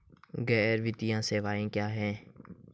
गैर वित्तीय सेवाएं क्या हैं?